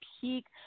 peak